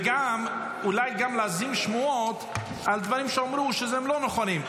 ואולי גם להזים שמועות על דברים שאמרו שהם לא נכונים,